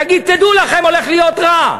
להגיד: תדעו לכם, הולך להיות רע.